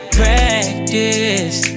practice